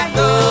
go